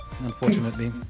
unfortunately